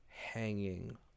hanging